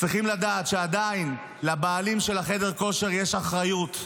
צריכים לדעת שעדיין לבעלים של חדר הכושר יש אחריות,